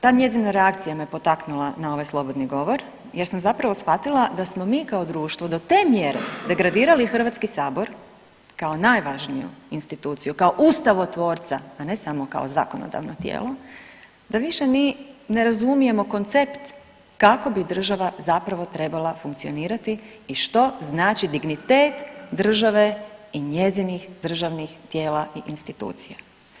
Ta njezina reakcija me potaknula na ovaj slobodni govor jer sam zapravo shvatila da smo mi kao društvo do te mjere degradirali HS kao najvažniju instituciju, kao ustavotvorca, a ne samo kao zakonodavno tijelo da više ni ne razumijemo koncept kako bi država zapravo trebala funkcionirati i što znači dignitet države i njezinih državnih tijela i institucija.